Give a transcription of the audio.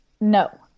No